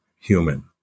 human